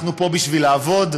אנחנו פה בשביל לעבוד,